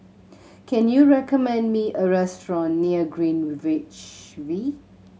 can you recommend me a restaurant near Greenwich V